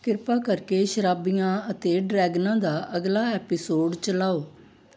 ਕਿਰਪਾ ਕਰਕੇ ਸ਼ਰਾਬੀਆਂ ਅਤੇ ਡਰੈਗਨਾਂ ਦਾ ਅਗਲਾ ਐਪੀਸੋਡ ਚਲਾਓ